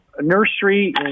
nursery